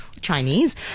Chinese